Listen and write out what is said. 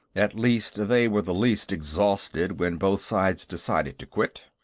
at least, they were the least exhausted when both sides decided to quit.